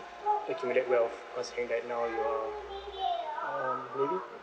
accumulate wealth cause now that now you are um working